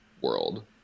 world